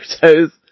photos